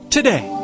Today